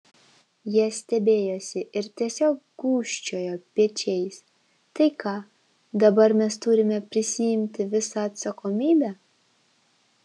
jie stebėjosi ir tiesiog gūžčiojo pečiais tai ką dabar mes turime prisiimti visą atsakomybę